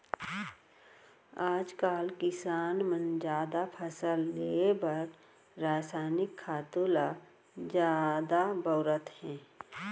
आजकाल किसान मन जादा फसल लिये बर रसायनिक खातू ल जादा बउरत हें